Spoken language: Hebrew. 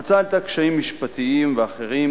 ההצעה העלתה קשיים משפטיים ואחרים,